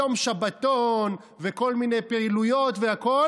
יום שבתון וכל מיני פעילויות והכול,